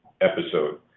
episode